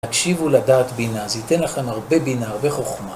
תקשיבו לדעת בינה, זה ייתן לכם הרבה בינה, הרבה חוכמה